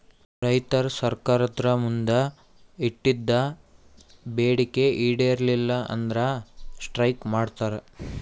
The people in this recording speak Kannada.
ರೈತರ್ ಸರ್ಕಾರ್ದ್ ಮುಂದ್ ಇಟ್ಟಿದ್ದ್ ಬೇಡಿಕೆ ಈಡೇರಲಿಲ್ಲ ಅಂದ್ರ ಸ್ಟ್ರೈಕ್ ಮಾಡ್ತಾರ್